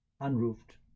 unroofed